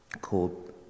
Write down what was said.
called